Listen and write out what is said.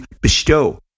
bestow